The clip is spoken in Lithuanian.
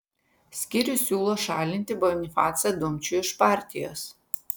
skyrius siūlo šalinti bonifacą dumčių iš partijos